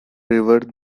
river